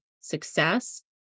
success